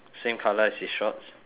same colour as his shorts